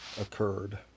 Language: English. occurred